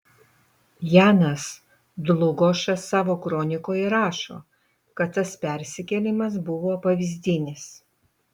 janas dlugošas savo kronikoje rašo kad tas persikėlimas buvo pavyzdinis